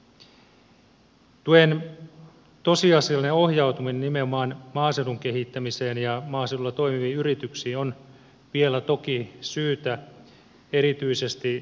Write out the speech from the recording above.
tuen tosiasiallinen ohjautuminen nimenomaan maaseudun kehittämiseen ja maaseudulla toimiviin yrityksiin on vielä toki syytä erityisesti varmistaa